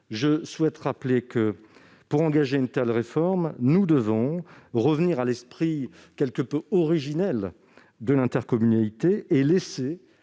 Je rappelle en effet que, pour engager une telle réforme, nous devons revenir à l'esprit originel de l'intercommunalité et laisser